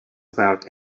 about